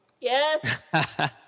Yes